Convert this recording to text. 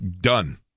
done